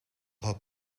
had